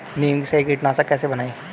नीम से कीटनाशक कैसे बनाएं?